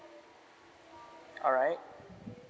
alright